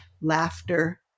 laughter